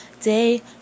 day